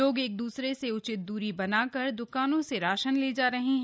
लोग एकदूसरे से उचित दूरी बनाकर दुकानों से राशन ले जा रहे हैं